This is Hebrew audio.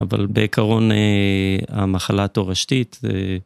אבל בעקרון המחלה התורשתית זה